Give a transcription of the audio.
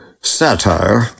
satire